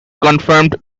confirmed